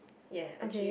ya a jeep